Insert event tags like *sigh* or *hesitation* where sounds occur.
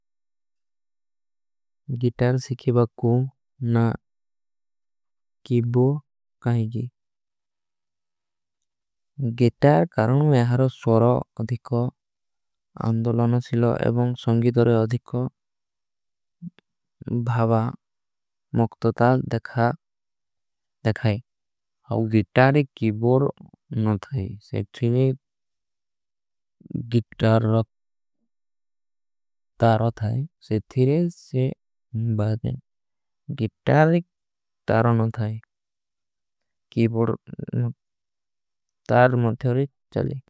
ଗିତାର ସିଖୀ ବାକୂ *hesitation* ନା କୀବୋ କାଈଗୀ। ଗିତାର କାରଣ ମେହାରୋ ସ୍ଵରା ଅଧିକୋ ଅଂଧଲନ ଅସିଲୋ ଏବଂଗ। ସଂଗୀଦରେ ଅଧିକୋ *hesitation* ଭାଵା ମକ୍ତତାଲ ଦେଖା। ଦେଖାଈ ଗିତାର କାରଣ ମେହାରୋ ସିଖୀ ବାକୂ ନା କୀବୋ କାଈଗୀ।